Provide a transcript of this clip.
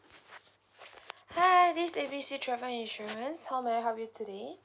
hi this A B C travel insurance how may I help you today